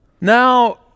Now